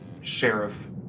Sheriff